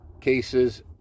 cases